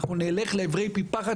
אנחנו נלך לעברי פי פחת,